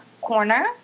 corner